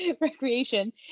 Recreation